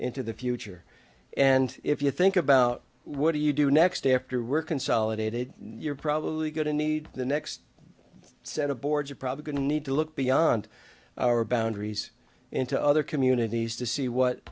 into the future and if you think about what do you do next after we're consolidated new you're probably going to need the next set of boards are probably going to need to look beyond our boundaries into other communities to see what